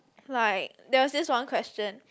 like there was this one question